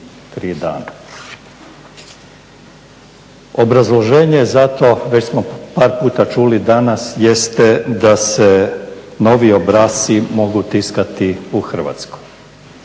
Obrazloženje za to već smo par puta čuli danas jeste da se novi obrasci mogu tiskati u Hrvatskoj.